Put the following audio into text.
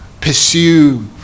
pursue